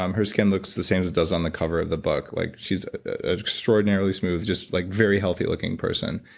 um her skin looks the same as it does on the cover of the book like she's extraordinarily smooth just like very healthy looking person.